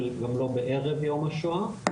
וגם לא בערב יום השואה.